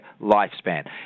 lifespan